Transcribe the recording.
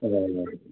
ꯀꯅꯥꯅ